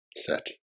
set